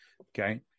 okay